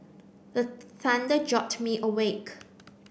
the thunder jolt me awake